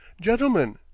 gentlemen